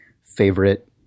favorite